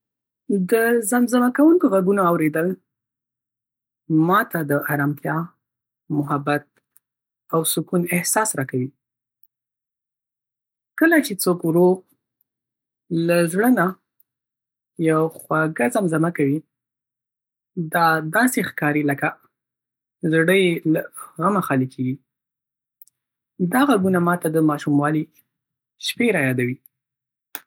د زمزمه کوونکو غږونو اورېدل ما ته د ارامتیا، محبت او سکون احساس راکوي. کله چې څوک ورو، له زړه نه، یوه خوږه زمزمه کوي، دا داسې ښکاري لکه زړه یې له غمه خالي کېږي. دا غږونه ما ته د ماشوموالي شېبې را یادوي.